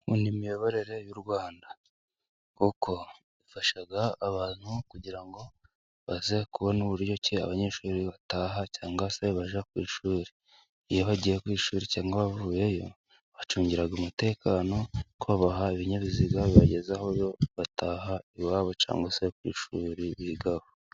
Nkunda imiyoborere y'urwanda, kuko ifasha abantu kugira ngo baze kubona uburyo ki abanyeshuri bataha cyangwa se bajya ku ishuri, iyo bagiye ku ishuri cyangwa bavuyeyo babacungira umutekano ko babahaye ibinyabiziga bibageza aho bataha iwabo cyangwa se ku ishuri bigaho.